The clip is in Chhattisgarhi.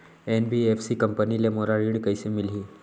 एन.बी.एफ.सी कंपनी ले मोला ऋण कइसे मिलही?